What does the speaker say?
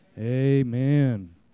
amen